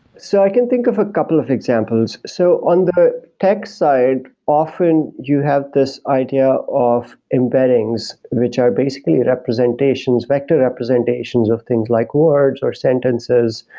so i can think of a couple of examples. so on the tech side, often you have this idea of embeddings, which are basically representations, vector representations of things like words or sentences,